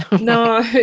No